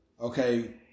okay